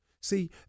See